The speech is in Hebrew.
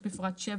בפרט (7),